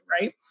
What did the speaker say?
right